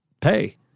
pay